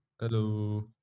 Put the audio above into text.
Hello